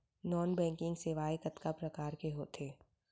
non banking सेवाएं कतका प्रकार के होथे